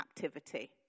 captivity